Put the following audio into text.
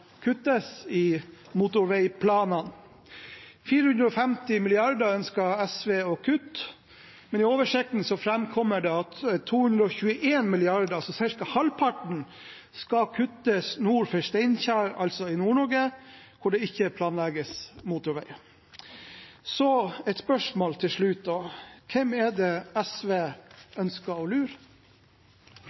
kuttes i motorveiplanene. 450 mrd. kr ønsker SV å kutte, men i oversikten framkommer det at 221 mrd. kr, altså ca. halvparten, skal kuttes nord for Steinkjer, altså i Nord-Norge hvor det ikke planlegges motorveier. Så et spørsmål til slutt: Hvem er det SV ønsker å lure?